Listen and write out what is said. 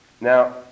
Now